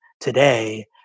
today